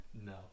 No